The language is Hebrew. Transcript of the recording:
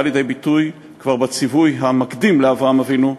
לידי ביטוי כבר בציווי המקדים לאברהם אבינו,